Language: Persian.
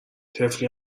طفلی